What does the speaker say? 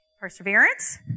Perseverance